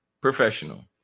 professional